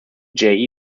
jay